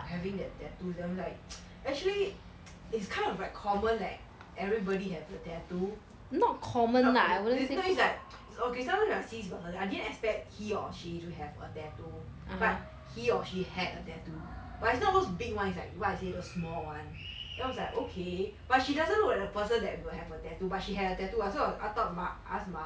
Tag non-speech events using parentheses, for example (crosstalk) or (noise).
having that tattoo there's like (noise) actually (noise) it's kind of like common that everybody have a tattoo not common may~ maybe is like okay sometimes when I see this person I didn't expect he or she to have a tattoo but he or she had a tattoo but is not those big [ones] like what little small [ones] then I was like okay but she doesn't look like a person that will have a tattoo but she had a tattoo ah so I thought mah ask 妈